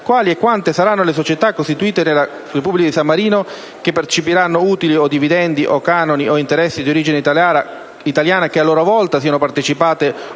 quali e quante saranno le società costituite nella Repubblica di San Marino che percepiranno utili o dividendi o canoni o interessi di origine italiana, che a loro volta siano partecipate o